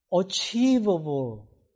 achievable